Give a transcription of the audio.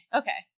okay